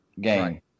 game